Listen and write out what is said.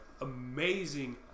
amazing